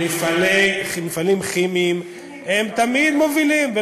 מפעלים כימיים הם תמיד מובילים.